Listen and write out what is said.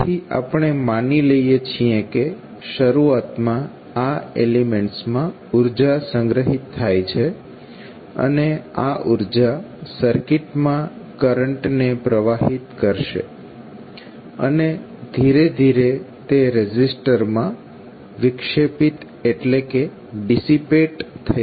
તેથી આપણે માની લઈએ છીએ કે શરૂઆતમાં આ એલીમેન્ટ્સમાં ઉર્જા સંગ્રહિત થાય છે અને આ ઉર્જા સર્કિટમાં કરંટને પ્રવાહિત કરશે અને ધીરે ધીરે તે રેઝિસ્ટરમાં વિક્ષેપિત થઇ જશે